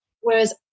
whereas